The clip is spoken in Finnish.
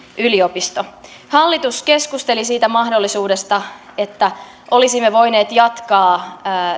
yliopisto hallitus keskusteli siitä mahdollisuudesta että olisimme voineet jatkaa